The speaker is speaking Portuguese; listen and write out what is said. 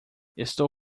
estou